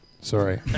Sorry